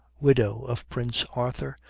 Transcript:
widow of prince arthur,